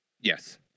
yes